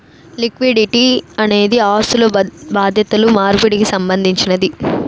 liquidity అనేది ఆస్థులు బాధ్యతలు మార్పిడికి సంబంధించినది